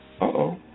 Uh-oh